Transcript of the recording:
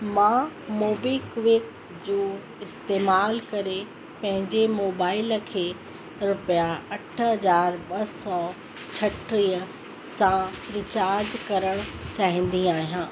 मां मोबीक्विक जो इस्तेमाल करे पंहिंजे मोबाइल खे रुपया अठ हज़ार ॿ सौ छटीह सां रीचार्ज करणु चाहिंदी आहियां